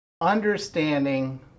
understanding